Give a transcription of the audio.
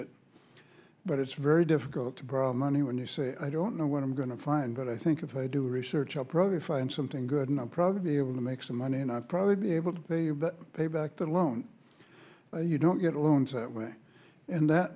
widget but it's very difficult to bribe money when you say i don't know what i'm going to find but i think if i do research i'll probably find something good and i'll probably be able to make some money and i'll probably be able to pay back the loan you don't get loans that way and that